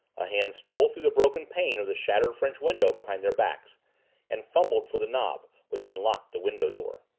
a hand stole through the broken pane of the shattered french window behind their backs and fumbled for the knob which unlocked the window-door.